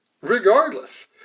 regardless